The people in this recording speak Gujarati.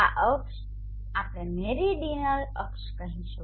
આ અક્ષ આપણે મેરીડીઅનલ અક્ષો કહીશું